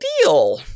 deal